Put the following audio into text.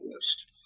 list